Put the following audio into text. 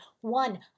one